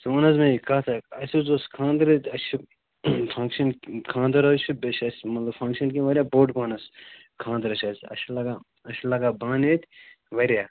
ژٕ وَن حظ مےٚ یہِ کَتھ اَکھ اَسہِ حظ اوس خانٛدَر ییٚتہِ اَسہِ چھُ فَنٛکشَن خانٛدَر حظ چھِ بیٚیہِ چھِ اَسہِ مطلب فَنٛکشَن کیٚنٛہہ واریاہ بوٚڈ پہنَس خانٛدَر چھِ اَسہِ اَسہِ چھِ لگان اَسہِ چھِ لگان بانہٕ ییٚتہِ واریاہ